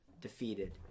defeated